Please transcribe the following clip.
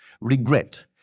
regret